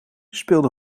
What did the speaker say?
speelde